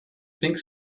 think